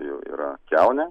jau yra kiaunę